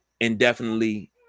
indefinitely